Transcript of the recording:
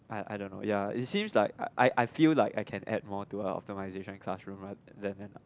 I I don't know ya it seems like I I feel like I can add more to a optimisation classroom rather than a